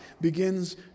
begins